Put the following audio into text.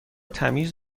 تمیز